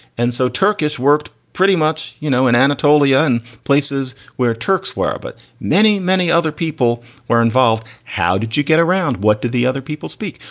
and so turkish worked pretty much, you know, in anatolia and places where turks were, but many, many other people were involved. how did you get around? what did the other people speak?